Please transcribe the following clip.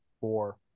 Four